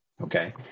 Okay